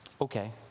okay